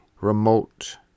remote